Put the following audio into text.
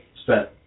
spent